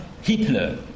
Hitler